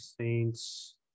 Saints